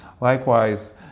Likewise